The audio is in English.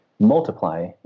multiply